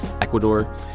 ecuador